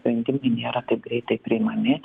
sprendimai nėra taip greitai priimami